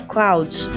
Clouds